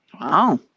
Wow